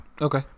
Okay